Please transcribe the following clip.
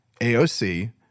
AOC